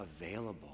available